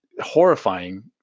horrifying